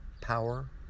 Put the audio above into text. Power